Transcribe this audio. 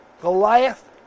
Goliath